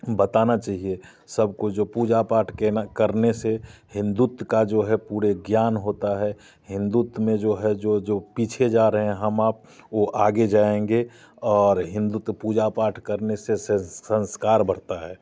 बताना चाहिए सबको जो पूजा पाठ के ना करने से हिंदुत्व का जो है पूरे ज्ञान होता है हिंदुत्व में जो है जो जो पीछे जा रहे हैं हम आप वो आगे जाएँगे और हिंदुत्व पूजा पाठ करने से संस्कार बढ़ता है